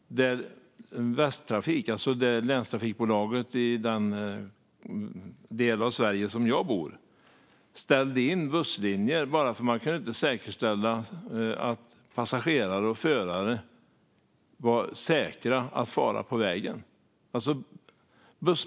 Västtrafik, länstrafikbolaget i den del av Sverige där jag bor, ställde in busslinjer bara för att man inte kunde säkerställa att passagerare och förare var säkra att fara på vägen.